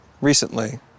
recently